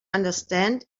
understand